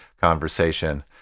conversation